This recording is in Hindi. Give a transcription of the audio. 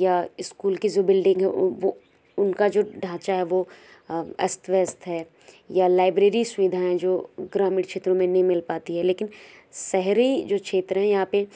या स्कूल की जो बिल्डिंग स्कूलें है वो उनका जो ढाँचा है वो अस्त व्यस्त है या लाइब्रेरी सुविधाएं जो ग्रामीण क्षेत्रों में नहीं मिल पाती हैं लेकिन शहरी जो क्षेत्र हैं यहाँ पर